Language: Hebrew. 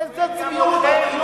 איזה צביעות,